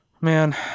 Man